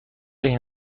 این